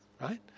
right